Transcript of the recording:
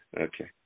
Okay